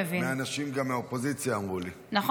גם אנשים מהאופוזיציה אמרו לי את זה.